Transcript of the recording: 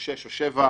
שש או שבע,